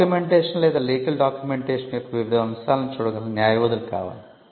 documentation లేదా legal documentation యొక్క వివిధ అంశాలను చూడగల న్యాయవాదులు కావాలి